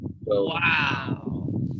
Wow